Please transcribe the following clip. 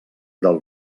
del